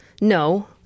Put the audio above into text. No